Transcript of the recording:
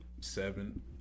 seven